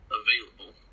available